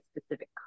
specific